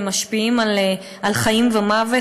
הם משפיעים על חיים ומוות,